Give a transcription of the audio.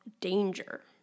danger